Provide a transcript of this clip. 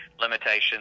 limitations